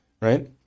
right